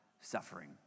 suffering